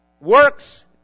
works